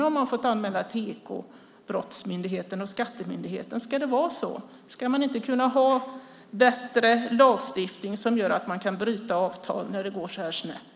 Nu har man fått anmäla detta till Ekobrottsmyndigheten och Skatteverket. Ska det vara så? Ska vi inte kunna ha bättre lagstiftning som gör att man kan bryta avtal när det går så här snett?